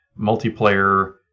multiplayer